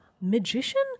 magician